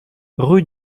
rue